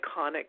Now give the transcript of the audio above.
iconic